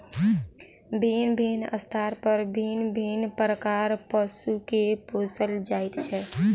भिन्न भिन्न स्थान पर विभिन्न प्रकारक पशु के पोसल जाइत छै